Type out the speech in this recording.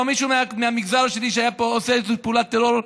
מישהו מהמגזר שלי שהיה עושה איזו פעולת טרור,